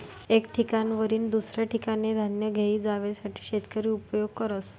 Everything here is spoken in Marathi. एक ठिकाणवरीन दुसऱ्या ठिकाने धान्य घेई जावासाठे शेतकरी उपयोग करस